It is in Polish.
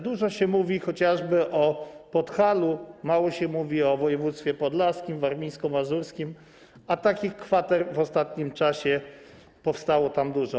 Dużo się mówi chociażby o Podhalu, mało się mówi o województwach podlaskim, warmińsko-mazurskim, a takich kwater w ostatnim czasie powstało tam dużo.